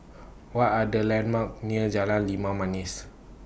What Are The landmarks near Jalan Limau Manis